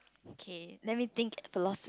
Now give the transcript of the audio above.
okay let me think philo~